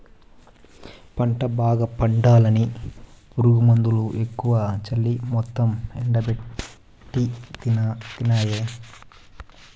పంట బాగా పండాలని పురుగుమందులెక్కువ చల్లి మొత్తం ఎండబెట్టితినాయే